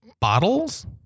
bottles